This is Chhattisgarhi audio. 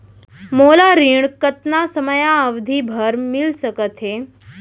मोला ऋण कतना समयावधि भर मिलिस सकत हे?